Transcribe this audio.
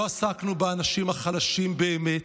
לא עסקנו באנשים החלשים-באמת,